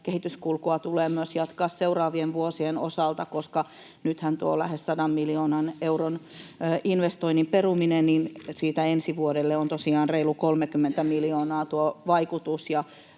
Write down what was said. kehityskulkua tulee myös jatkaa seuraavien vuosien osalta, koska nythän tuon lähes 100 miljoonan euron investoinnin perumisesta ensi vuodelle on tosiaan reilut 30 miljoonaa tuo vaikutus.